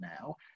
now